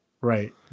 right